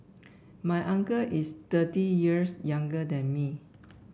my uncle is thirty years younger than me